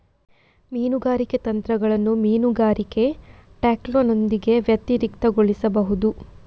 ಮೀನುಗಾರಿಕೆ ತಂತ್ರಗಳನ್ನು ಮೀನುಗಾರಿಕೆ ಟ್ಯಾಕ್ಲೋನೊಂದಿಗೆ ವ್ಯತಿರಿಕ್ತಗೊಳಿಸಬಹುದು